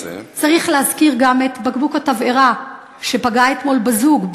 צריך להזכיר גם את בקבוק התבערה שפגע אתמול בזוג,